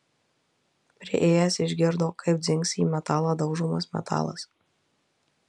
priėjęs išgirdo kaip dzingsi į metalą daužomas metalas